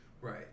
Right